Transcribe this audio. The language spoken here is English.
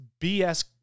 BS